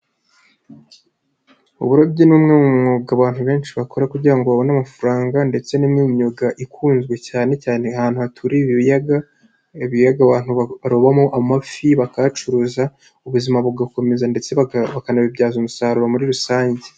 Uburobyi ni umwe mu mwuga abantu benshi bakora kugira ngo babone amafaranga, ndetse ni imyuga ikunzwe cyane cyane ahantu haturiye ibiyaga, ibiyaga abantu barobamo amafi bakayacuruza ubuzima bugakomeza, ndetse bakanabibyaza umusaruro muri rusange.